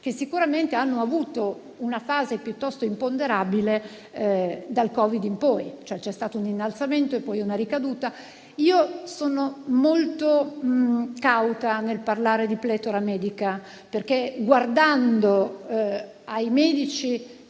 che sicuramente hanno avuto una fase piuttosto imponderabile dal Covid-19 in poi. C'è stato un innalzamento e poi una ricaduta. Io sono molto cauta nel parlare di pletora medica perché, guardando ai medici